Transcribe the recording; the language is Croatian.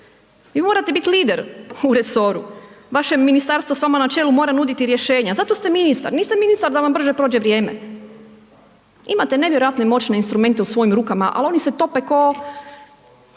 vi morate biti lider u resoru. Vaše ministarstvo s vama na čelu mora nuditi rješenja a zato ste ministar, niste ministar da vam brže prođe vrijeme. Imate nevjerojatne moćne instrumente u svojim rukama ali oni se tope kao,